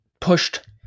pushed